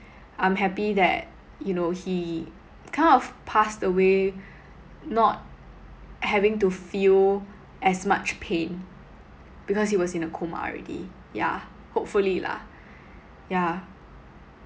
I'm happy that you know he kind of passed away not having to feel as much pain because he was in a coma already yeah hopefully lah yeah